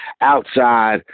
outside